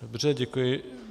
Dobře, děkuji.